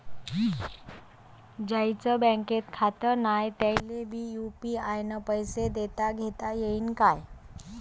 ज्याईचं बँकेत खातं नाय त्याईले बी यू.पी.आय न पैसे देताघेता येईन काय?